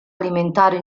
alimentare